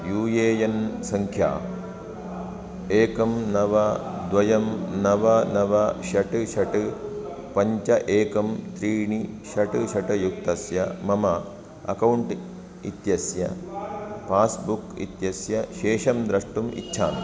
you A N सङ्ख्या एकं नव द्वे नव नव षट् षट् पञ्च एकं त्रीणि षट् षट् युक्तस्य मम अक्कौण्ट् इत्यस्य पास्बुक् इत्यस्य शेषं द्रष्टुम् इच्छामि